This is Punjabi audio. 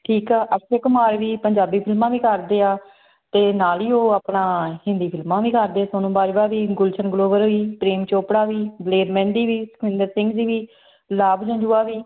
ਠੀਕ ਆ ਅਕਸ਼ੈ ਕੁਮਾਰ ਵੀ ਪੰਜਾਬੀ ਫਿਲਮਾਂ ਵੀ ਕਰਦੇ ਆ ਅਤੇ ਨਾਲ ਹੀ ਉਹ ਆਪਣਾ ਹਿੰਦੀ ਫਿਲਮਾਂ ਵੀ ਕਰਦੇ ਸੋਨੂੰ ਬਾਜਵਾ ਵੀ ਗੁਲਸ਼ਨ ਗਰੋਵਰ ਵੀ ਪ੍ਰੇਮ ਚੋਪੜਾ ਵੀ ਦਲੇਰ ਮਹਿੰਦੀ ਵੀ ਸੁਖਵਿੰਦਰ ਸਿੰਘ ਜੀ ਵੀ ਲਾਭ ਜੰਜੂਆ ਵੀ